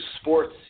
sports